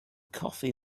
coffee